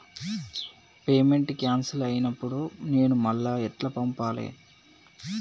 Payment cancel అయినపుడు నేను మళ్ళా ఎట్ల పంపాలే?